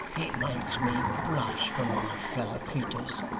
it makes me blush for my feller creeturs.